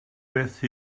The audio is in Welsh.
beth